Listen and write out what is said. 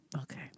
Okay